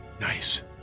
nice